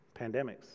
pandemics